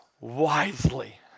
wisely